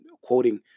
quoting